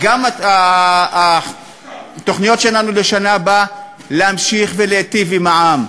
גם התוכניות שלנו לשנה הבאה להמשיך ולהיטיב עם העם,